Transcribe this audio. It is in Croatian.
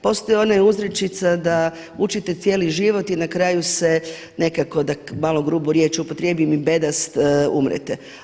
Postoji ona uzrečica da učite cijeli život i na kraju se nekako, da malo grubu riječ upotrijebim, i bedast umrete.